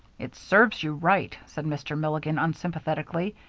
it serves you right, said mr. milligan, unsympathetically.